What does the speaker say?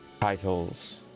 titles